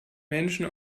menschen